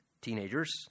teenagers